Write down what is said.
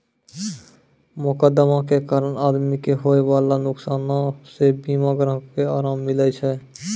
मोकदमा के कारण आदमी के होयबाला नुकसानो से बीमा ग्राहको के अराम मिलै छै